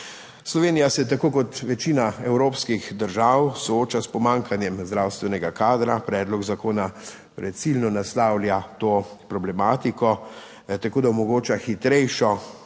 Slovenija se tako kot večina evropskih držav sooča s pomanjkanjem zdravstvenega kadra. Predlog zakona torej ciljno naslavlja to problematiko tako, da omogoča hitrejšo